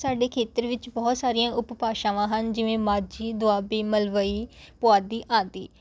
ਸਾਡੇ ਖੇਤਰ ਵਿੱਚ ਬਹੁਤ ਸਾਰੀਆਂ ਉਪ ਭਾਸ਼ਾਵਾਂ ਹਨ ਜਿਵੇ ਮਾਝੀ ਦੁਆਬੀ ਮਲਵਈ ਪੁਆਧੀ ਆਦਿ